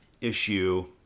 issue